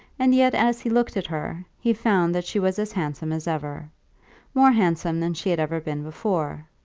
and yet as he looked at her, he found that she was as handsome as ever more handsome than she had ever been before.